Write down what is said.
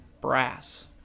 Brass